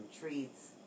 treats